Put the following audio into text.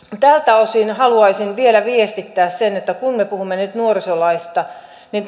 tältä osin haluaisin vielä viestittää sen että kun me puhumme nyt nuorisolaista niin